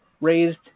raised